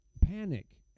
panic